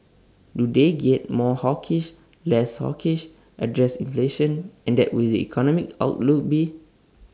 do they get more hawkish less hawkish address inflation and that will the economic outlook be